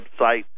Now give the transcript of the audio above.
website